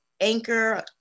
Anchor